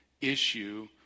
issue